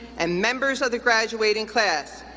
and members of the graduating class,